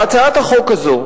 והצעת החוק הזאת,